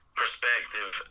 perspective